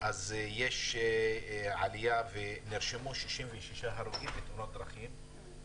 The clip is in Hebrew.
אז יש עלייה ונרשמו 66 הרוגים בתאונות דרכים.